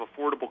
affordable